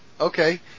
okay